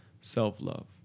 self-love